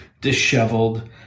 disheveled